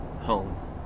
home